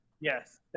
Yes